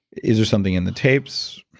is there something in the tapes?